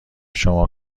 شما